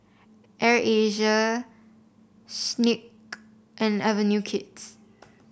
Air Asia Schick and Avenue Kids